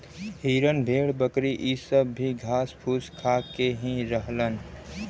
हिरन भेड़ बकरी इ सब भी घास फूस खा के ही रहलन